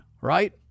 right